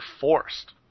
forced